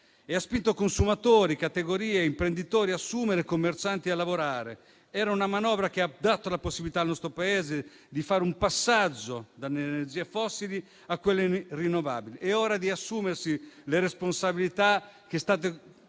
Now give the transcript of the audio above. ha spinto i consumatori, le categorie e gli imprenditori ad assumere e i commercianti a lavorare. Tale manovra ha dato la possibilità al nostro Paese di fare un passaggio dalle energie fossili a quelle rinnovabili. È ora di assumersi la responsabilità di